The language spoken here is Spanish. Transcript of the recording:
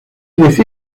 decir